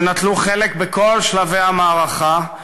שנטלו חלק בכל שלבי המערכה,